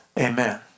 amen